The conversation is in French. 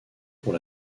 pour